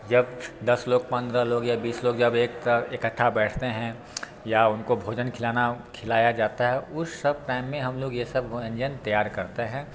जब दस लोग पंद्रह लोग या बीस लोग जब एक इकट्ठा बैठते हैं या उनको भोजन खिलाना खिलाया जाता है उस सब टाइम में हम लोग ये सब व्यंजन तैयार करते हैं